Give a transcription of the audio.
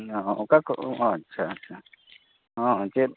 ᱚᱠᱟ ᱠᱷᱚᱡ ᱟᱪᱪᱷᱟ ᱟᱪᱪᱷᱟ ᱦᱮᱸ ᱪᱮᱫ